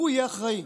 והוא יהיה אחראי,